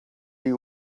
you